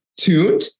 tuned